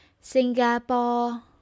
Singapore